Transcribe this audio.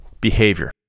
behavior